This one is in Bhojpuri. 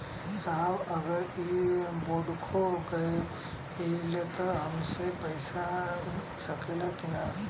साहब अगर इ बोडखो गईलतऽ हमके पैसा मिल सकेला की ना?